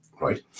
Right